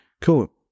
cool